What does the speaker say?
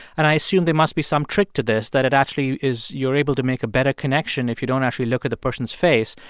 and i assume there must be some trick to this, that it actually is you're able to make a better connection if you don't actually look at the person's face,